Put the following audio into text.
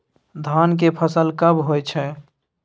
धान के फसल कब होय छै?